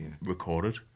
recorded